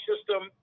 System